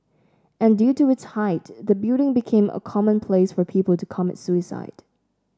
and due to its height the building became a common place for people to commit suicide